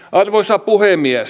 arvoisa puhemies